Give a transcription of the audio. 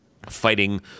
fighting